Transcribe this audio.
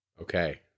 Okay